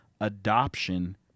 adoption